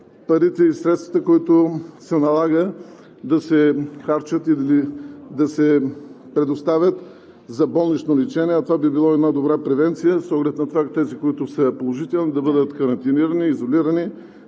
парите и средствата, които се налага да се харчат и да се предоставят за болнично лечение. А това би било една добра превенция с оглед на това тези, които са положителни, да бъдат карантинирани, изолирани,